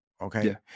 okay